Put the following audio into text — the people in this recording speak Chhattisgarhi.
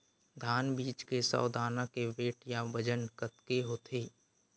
धान बीज के सौ दाना के वेट या बजन कतके होथे?